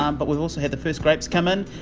um but we've also had the first grapes come in,